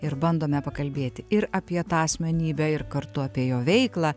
ir bandome pakalbėti ir apie tą asmenybę ir kartu apie jo veiklą